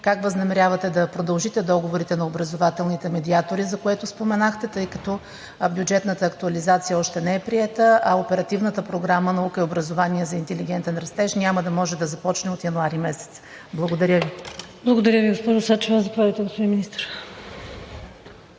как възнамерявате да продължите договорите на образователните медиатори, за което споменахте, тъй като бюджетната актуализация още не е приета, а Оперативната програма „Наука и образование за интелигентен растеж“ няма да може да започне от януари месец? Благодаря Ви. ПРЕДСЕДАТЕЛ ВИКТОРИЯ ВАСИЛЕВА: Благодаря Ви, госпожо Сачева. Заповядайте, господин Министър.